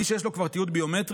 מי שיש לו כבר תיעוד ביומטרי,